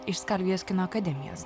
iš skalvijos kino akademijos